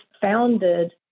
founded